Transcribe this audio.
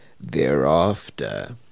thereafter